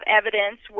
evidence